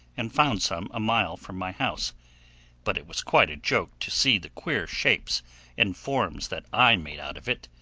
and found some a mile from my house but it was quite a joke to see the queer shapes and forms that i made out of it.